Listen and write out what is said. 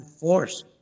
force